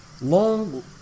long